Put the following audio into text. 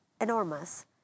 enormous